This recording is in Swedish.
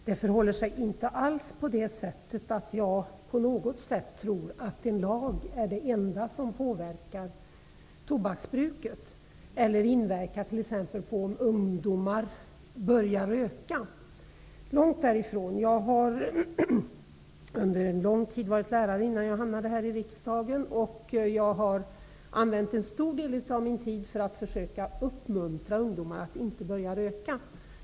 Herr talman! Jag tror inte alls att det endast är en lag som påverkar tobaksbruket eller påverkar om ungdomar börjar röka -- långt därifrån. Under en lång tid innan jag kom till riksdagen har jag varit lärare, och jag har använt en stor del av min tid till att försöka uppmuntra ungdomar att inte börja röka.